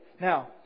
Now